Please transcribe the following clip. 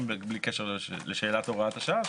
גם בלי קשר לשאלת הוראת השעה,